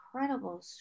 incredible